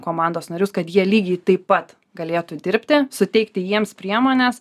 komandos narius kad jie lygiai taip pat galėtų dirbti suteikti jiems priemones